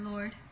Lord